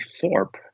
Thorpe